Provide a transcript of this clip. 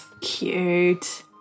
cute